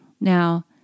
Now